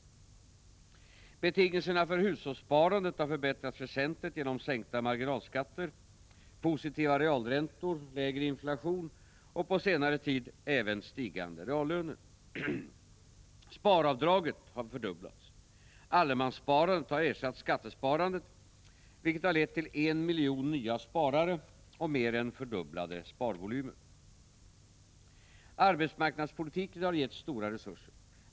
Betingelserna för hushållssparandet har förbättrats väsentligt genom sänkta marginalskatter, positiva realräntor, lägre inflation, och på senare tid även stigande reallöner. Sparavdraget har fördubblats. Allemanssparandet har ersatt skattesparandet, vilket har lett till I miljon nya sparare och mer än fördubblade sparvolymer. Arbetsmarknadspolitiken har getts stora resurser.